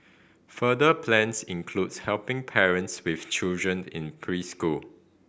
further plans includes helping parents with children in preschool